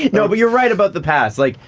you know but you're right about the pass. like,